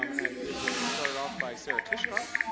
um and this will be started off by sarah tishkoff,